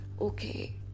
Okay